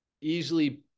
easily